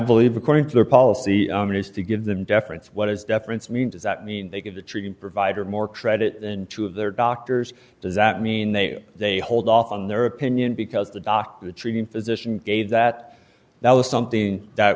believe according to their policy is to give them deference what is deference mean does that mean they give the treating provider more credit than two of their doctors does that mean they they hold off on their opinion because the doctor the treating physician gave that that was something that